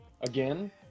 again